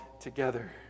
together